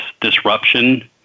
disruption